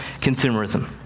consumerism